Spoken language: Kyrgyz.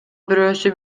бирөөсү